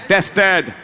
Tested